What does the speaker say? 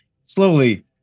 slowly